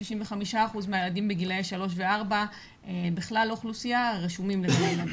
מ-95% מהילדים בגילאי 3 ו-4 בכלל האוכלוסייה הרשומים בגני ילדים.